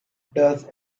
does